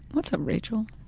what's up rachel.